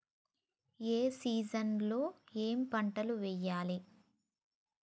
ఏ season లో ఏం పంటలు వెయ్యాలి?